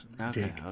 okay